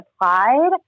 applied